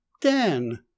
Dan